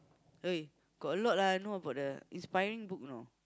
!oi! got a lot lah you know about the inspiring book you know